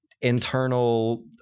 internal